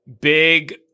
big